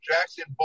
Jackson